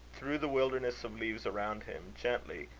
through the wilderness of leaves around him gently,